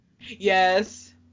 Yes